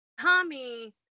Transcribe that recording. tommy